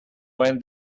when